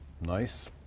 nice